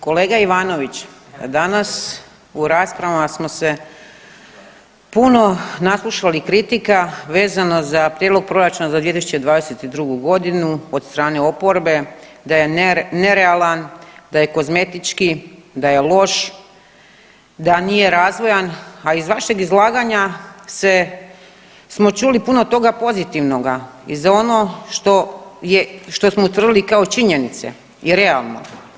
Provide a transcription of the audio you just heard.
Kolega Ivanović danas u raspravama smo se puno naslušali kritika vezano za Prijedlog proračuna za 2022. godinu od strane oporbe da je nerealan, da je kozmetički, da je loš, da nije razvojan, a iz vašeg izlaganja smo čuli puno toga pozitivnoga i za ono što smo utvrdili kao činjenice i realno.